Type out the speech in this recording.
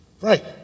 Right